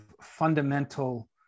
fundamental